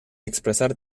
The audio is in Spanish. expresar